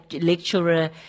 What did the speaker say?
lecturer